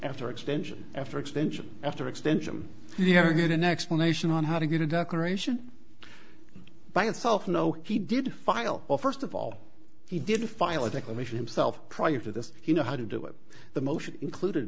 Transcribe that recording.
after extension after extension after extension you never get an explanation on how to get a declaration by itself no he did file well first of all he didn't file a declaration himself prior to this you know how to do it the motion included